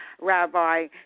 Rabbi